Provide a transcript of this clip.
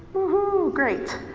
whoohoo, great!